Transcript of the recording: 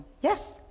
Yes